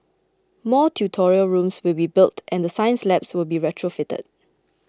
more tutorial rooms will be built and the science labs will be retrofitted